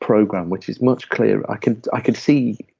program, which is much clearer. i can i can see,